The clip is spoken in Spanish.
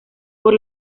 por